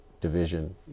division